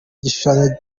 igishushanyo